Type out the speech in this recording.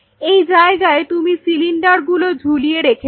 এই জায়গায় তুমি সিলিন্ডার গুলো ঝুলিয়ে রেখেছো